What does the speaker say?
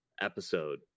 episode